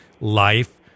life